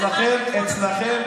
אבל אצלכם,